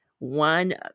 One